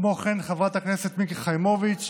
כמו כן, חברת הכנסת מיקי חיימוביץ'